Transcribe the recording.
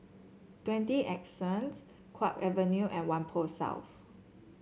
Twenty Anson Kwong Avenue and Whampoa South